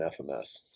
FMS